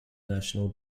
national